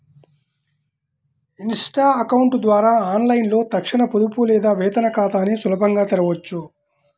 Insta account ద్వారా ఆన్లైన్లో తక్షణ పొదుపు లేదా వేతన ఖాతాని సులభంగా తెరవొచ్చు